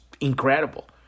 incredible